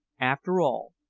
after all,